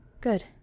Good